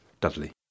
Dudley